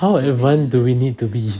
how advance do we need to be